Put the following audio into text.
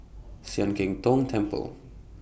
Sian Keng Tong Temple